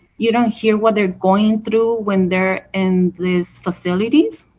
you don't hear what they are going through when they are in these facilities.